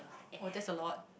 orh that's a lot